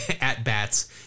at-bats